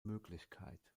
möglichkeit